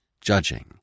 judging